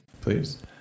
Please